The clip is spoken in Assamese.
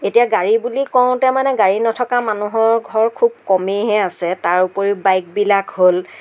এতিয়া গাড়ী বুলি কওতে মানে গাড়ী নথকা মানুহৰ ঘৰ খুব কমেইহে আছে তাৰ ওপৰিও বাইকবিলাক হ'ল